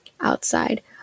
outside